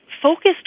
Focused